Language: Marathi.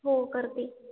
हो करते